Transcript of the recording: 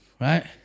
right